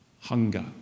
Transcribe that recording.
hunger